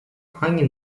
hangi